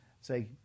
say